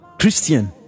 Christian